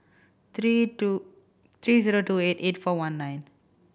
three two three zero two eight eight four one nine